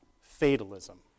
fatalism